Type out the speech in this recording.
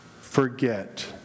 forget